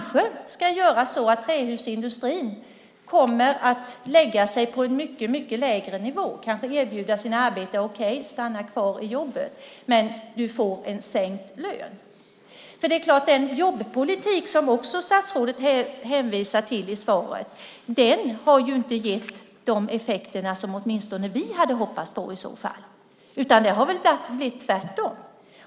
Ska trähusindustrin lägga sig på en mycket lägre nivå och erbjuda sina arbetare att stanna kvar på jobbet men med sänkt lön? Den jobbpolitik som statsrådet hänvisar till i svaret har inte gett de effekter som åtminstone vi hade hoppats på. Det har i stället blivit tvärtom.